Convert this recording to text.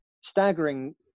staggering